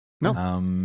No